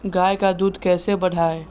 गाय का दूध कैसे बढ़ाये?